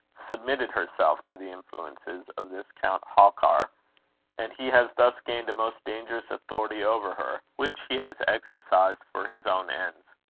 submitted herself to the influences of this count halkar and he has thus gained a most dangerous authority over her, which he has exercised for his own ends.